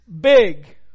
big